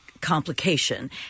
complication